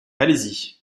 malaisie